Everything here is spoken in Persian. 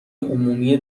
عمومی